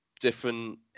different